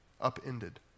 upended